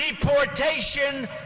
deportation